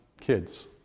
kids